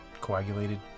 coagulated